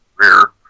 career